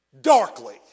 darkly